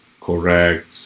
correct